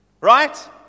right